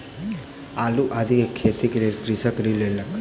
आलू आदि के खेतीक लेल कृषक ऋण लेलक